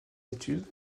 études